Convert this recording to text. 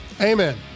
Amen